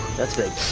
that's big